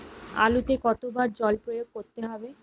আলুতে কতো বার জল প্রয়োগ করতে হবে?